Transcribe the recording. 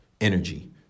energy